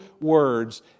words